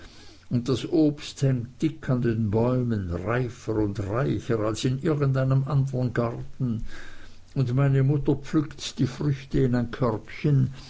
und das obst hängt dick an den bäumen reifer und reicher als in irgendeinem andern garten und meine mutter pflückt die früchte in ein körbchen